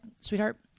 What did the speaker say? sweetheart